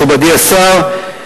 מכובדי השר,